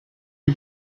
lui